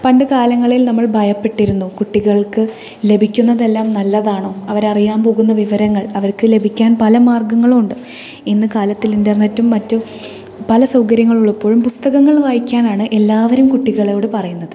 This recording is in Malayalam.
പണ്ടുകാലങ്ങളിൽ നമ്മൾ ഭയപ്പെട്ടിരുന്നു കുട്ടികൾക്ക് ലഭിക്കുന്നതെല്ലാം നല്ലതാണോ അവരറിയാൻ പോകുന്ന വിവരങ്ങൾ അവർക്ക് ലഭിക്കാൻ പല മാർഗങ്ങളും ഉണ്ട് ഇന്ന് കാലത്ത് ഇൻറ്റർനെറ്റും മറ്റു പല സൗകര്യങ്ങൾ ഉള്ളപ്പോഴും പുസ്തകങ്ങൾ വായിക്കാനാണ് എല്ലാവരും കുട്ടികളോട് പറയുന്നത്